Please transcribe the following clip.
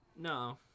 No